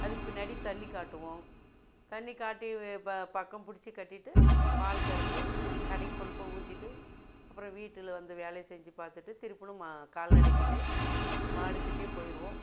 அதுக்குப் பின்னாடி தண்ணி காட்டுவோம் தண்ணிக் காட்டி ப பக்கம் பிடிச்சி கட்டிட்டு பால் கறந்து கடைக்கு கொண்டு போய் ஊற்றிட்டு அப்புறம் வீட்டில் வந்து வேலையை செஞ்சு பார்த்துட்டு திருப்பவும் கால்நடைக்கிட்டே மாடுக்கிட்டே போயிடுவோம்